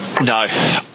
No